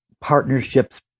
partnerships